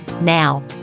Now